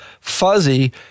fuzzy